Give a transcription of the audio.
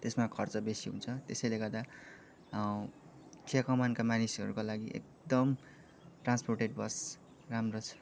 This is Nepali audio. त्यसमा खर्च बेसी हुन्छ त्यसैले गर्दा चिया कमानका मानिसहरूका लागि एकदम ट्रान्स्पोर्टेड बस राम्रो छ